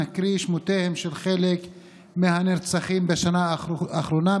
נקריא את שמותיהם של חלק מהנרצחים בשנה האחרונה,